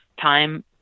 time